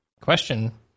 question